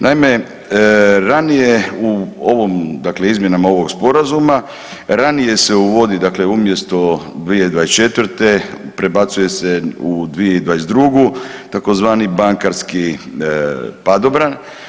Naime, ranije u ovom, dakle izmjenama ovog sporazuma ranije se uvodi dakle umjesto 2024. prebacuje se u 2022. tzv. bankarski padobran.